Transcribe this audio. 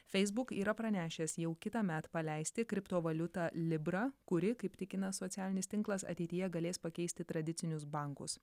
facebook yra pranešęs jau kitąmet paleisti kriptovaliutą ibra kuri kaip tikina socialinis tinklas ateityje galės pakeisti tradicinius bankus